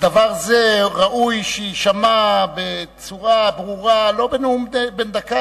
דבר כזה ראוי שיישמע בצורה ברורה ולא בנאומים בני דקה.